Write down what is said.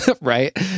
Right